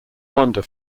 wander